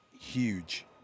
huge